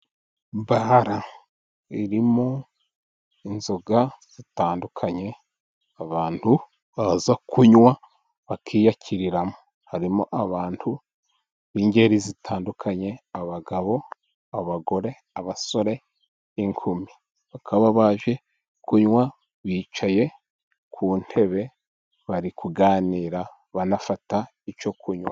Bare aha irimo inzoga zitandukanye, abantu baza kunywa bakiyakiriramo, harimo abantu b'ingeri zitandukanye abagabo, abagore, abasore, inkumi bakaba baje kunywa bicaye ku ntebe, bari kuganira banafata icyo kunywa.